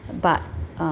but uh